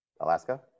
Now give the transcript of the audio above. Alaska